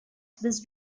this